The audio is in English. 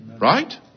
Right